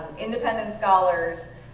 independent scholars,